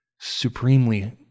Supremely